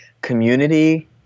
community